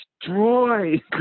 destroy